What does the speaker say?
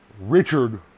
Richard